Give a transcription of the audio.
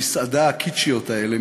המסעדה הקיטשיות האלה,